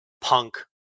Punk